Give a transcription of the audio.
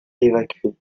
évacuée